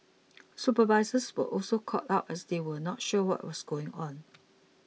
supervisors were also caught out as they were not sure what was going on